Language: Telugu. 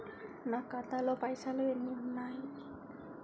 నా ఖాతాలో పైసలు ఎన్ని ఉన్నాయి?